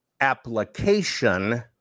application